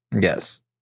Yes